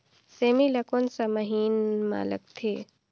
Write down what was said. सेमी ला कोन सा महीन मां लगथे?